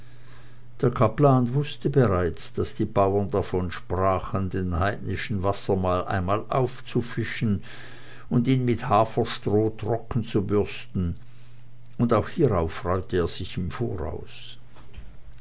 der kaplan wußte bereits daß die bauern davon sprachen den heidnischen wassermann einmal aufzufischen und mit haberstroh trockenzubürsten und auch hierauf freute er sich im voraus